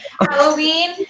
Halloween